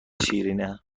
شیرینه